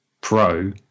pro